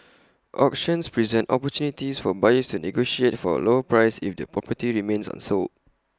auctions present opportunities for buyers to negotiate for A lower price if the property remains unsold